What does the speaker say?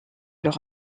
leurs